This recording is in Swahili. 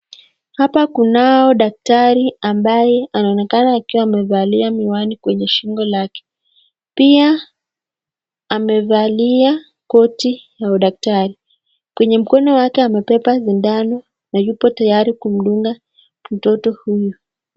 Hapa kunao daktari ambaye anaonekana akiwa amevalia miwani kwenye shingo lake, pia amewevalia koti la udaktari. Kwenye mkono wake amebeba sindano na yuko tayari kumdunga mtoto huyu.